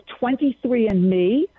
23andMe